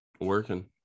working